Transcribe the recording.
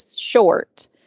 short